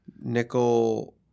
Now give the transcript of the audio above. Nickel